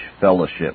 fellowship